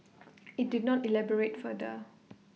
IT did not elaborate further